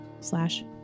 slash